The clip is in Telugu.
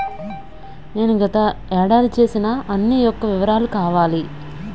నేను గత ఏడాది చేసిన అన్ని యెక్క వివరాలు కావాలి?